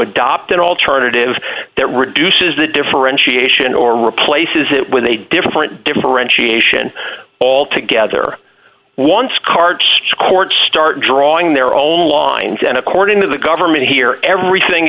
adopt an alternative that reduces the differentiation or replaces it with a different differentiation altogether once cards scored start drawing their own lines and according to the government here everything